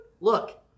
Look